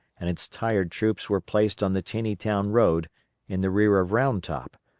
and its tired troops were placed on the taneytown road in the rear of round top,